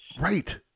Right